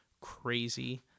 crazy